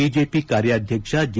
BJP ಕಾರ್ಯಾಧ್ಯಕ್ಷ J